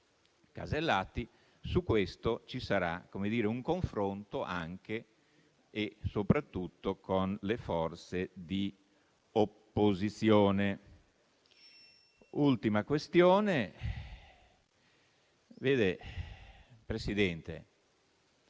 Casellati; su questo ci sarà un confronto, anche e soprattutto con le forze di opposizione. Ultima questione: vede, signor